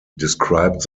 described